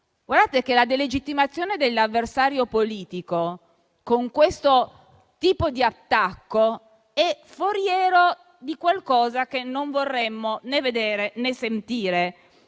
psichiatrico. La delegittimazione dell'avversario politico con questo tipo di attacco è foriera di qualcosa che non vorremmo né vedere né sentire.